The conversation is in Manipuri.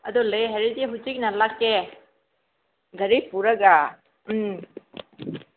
ꯑꯗꯨ ꯂꯩ ꯍꯥꯏꯔꯗꯤ ꯍꯧꯖꯤꯛ ꯂꯥꯛꯀꯦ ꯒꯥꯔꯤ ꯄꯨꯔꯒ ꯎꯝ